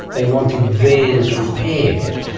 they wanted theirs repaired,